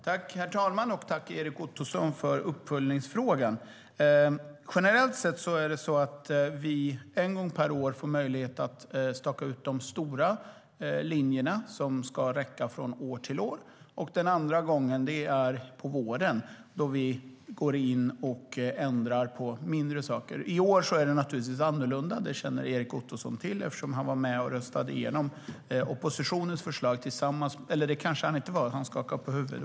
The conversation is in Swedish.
Herr talman! Tack, Erik Ottoson, för uppföljningsfrågan! Generellt sett får vi en gång per år möjlighet att staka ut de stora linjerna som ska räcka från år till år. Den andra gången är på våren då vi ändrar på mindre saker. I år är det naturligtvis annorlunda. Det känner Erik Ottoson till eftersom han var med och röstade igenom oppositionens förslag. Det kanske han inte var. Han skakar på huvudet.